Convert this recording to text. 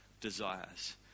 desires